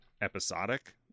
episodic